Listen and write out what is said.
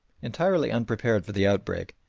entirely unprepared for the outbreak,